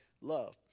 love